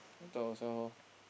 to ourselves lor